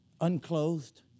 Unclothed